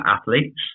athletes